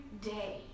day